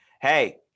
hey